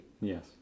Yes